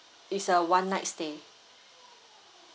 is a one night stay